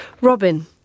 Robin